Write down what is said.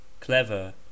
clever